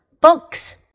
Books